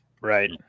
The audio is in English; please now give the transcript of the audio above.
Right